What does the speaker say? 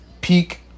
peak